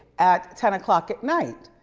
at ten o'clock at night.